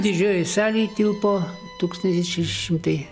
didžiojoj salėj tilpo tūkstantis šeši šimtai